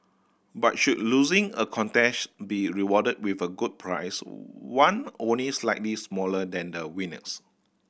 but should losing a contest be rewarded with a good prize one only slightly smaller than the winner's